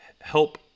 help